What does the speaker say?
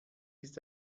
ist